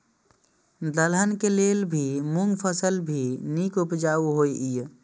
दलहन के लेल भी मूँग फसल भी नीक उपजाऊ होय ईय?